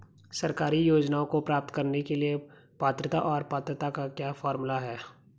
सरकारी योजनाओं को प्राप्त करने के लिए पात्रता और पात्रता का क्या फार्मूला है?